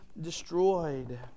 destroyed